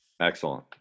Excellent